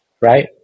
right